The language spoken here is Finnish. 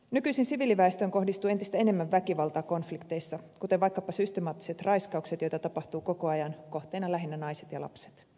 nykyisin siviiliväestöön kohdistuu entistä enemmän väkivaltaa konflikteissa kuten vaikkapa systemaattisia raiskauksia joita tapahtuu koko ajan kohteina lähinnä naiset ja lapset